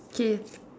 okay